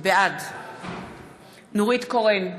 בעד נורית קורן,